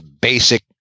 basic